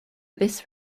this